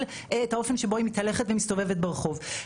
את האופן שבו היא מתהלכת ומסתובבות ברחוב.